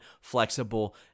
flexible